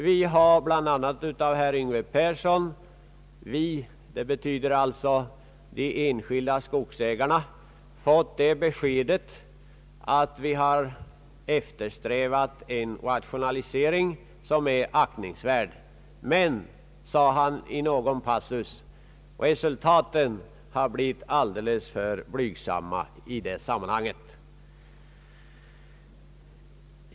De enskilda skogsägarna har bl.a. av herr Yngve Persson fått det betyget att vi eftersträvar en rationalisering som är aktningsvärd men att resultaten har blivit alldeles för blygsamma i det sammanhanget.